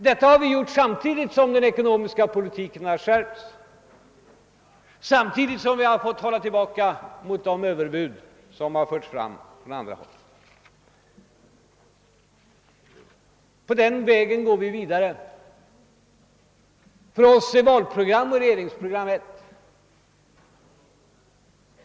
Detta har vi gjort samtidigt som den ekonomiska politiken har skärpts, samtidigt som vi har fått hålla stånd mot de överbud som har framförts från andra håll. På den vägen går vi vidare. För oss är valprogram och regeringsprogram en och samma sak.